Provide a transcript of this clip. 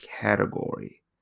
category